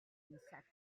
insectivorous